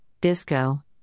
disco